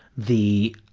the,